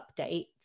updates